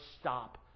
stop